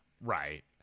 right